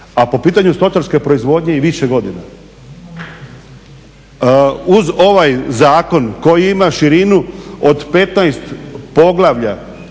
a po pitanju stočarske proizvodnje i više godina. Uz ovaj zakon koji ima širinu od 15 poglavlja